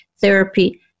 therapy